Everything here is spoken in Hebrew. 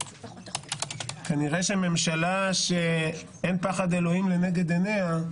כנראה שממשלה שאין פחד אלוהים לנגד עיניה,